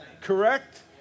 Correct